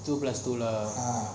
two plus two ah